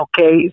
Okay